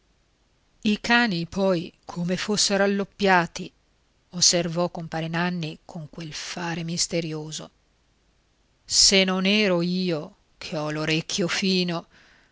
i cani poi come fossero alloppiati osservò compare nanni con quel fare misterioso se non ero io che ho l'orecchio fino